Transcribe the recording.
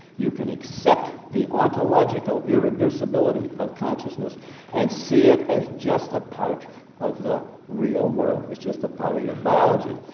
you can accept the ontological irreducibility of consciousness and see it as just a part of the real world it's just a part of your biology.